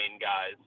guys